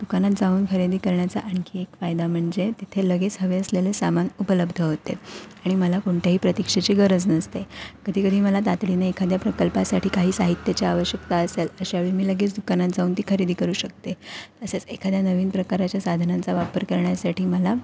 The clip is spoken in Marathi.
दुकानात जाऊन खरेदी करण्याचा आणखी एक फायदा म्हणजे तिथे लगेच हवे असलेलं सामान उपलब्ध होते आणि मला कोणत्याही प्रतीक्षेची गरज नसते कधीकधी मला तातडीने एखाद्या प्रकल्पासाठी काही साहित्याची आवश्यकता असेल अशावेळी मी लगेच दुकानात जाऊन ती खरेदी करू शकते तसेच एखाद्या नवीन प्रकाराच्या साधनांचा वापर करण्यासाठी मला